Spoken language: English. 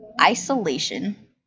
isolation